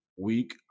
week